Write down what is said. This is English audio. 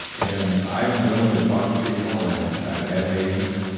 and i'm willing to talk to people and i've i've had meetings